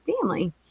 family